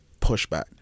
pushback